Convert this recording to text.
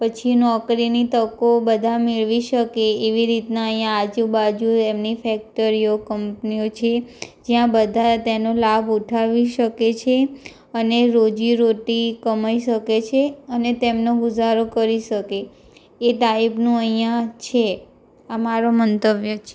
પછી નોકરીની તકો બધાં મેળવી શકે એવી રીતના અહીં આજુબાજુ એમની ફેક્ટરીઓ કંપનીઓ જે જ્યાં બધાં તેનો લાભ ઉઠાવી શકે છે અને રોજી રોટી કમાઈ શકે છે અને તેમનો ગુજારો કરી શકે એ ટાઈપનું અહીં છે આ મારું મંતવ્ય છે